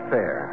Fair